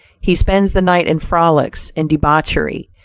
he spends the night in frolics and debauchery,